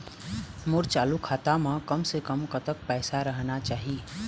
मोर चालू खाता म कम से कम कतक पैसा रहना चाही?